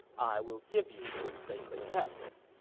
i will give you the sacred texts.